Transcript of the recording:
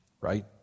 right